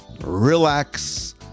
relax